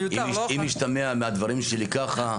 אם השתמע מהדברים שלי ככה,